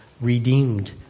redeemed